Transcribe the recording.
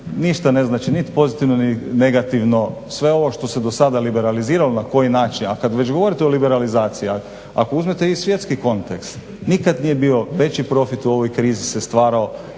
ništa ne znači, niti pozitivno ni negativno, sve ovo što se do sada liberaliziralo na koji način. A kad već govorite o liberalizaciji, ako uzmete i svjetski kontekst, nikad nije bio veći profit u ovoj krizi se stvarao